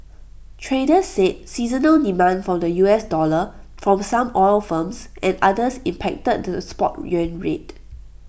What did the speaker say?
traders said seasonal demand for the U S dollar from some oil firms and others impacted to the spot yuan rate